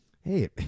hey